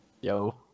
Yo